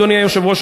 אדוני היושב-ראש,